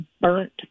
burnt